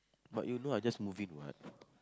but you know I just move in what